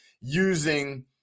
using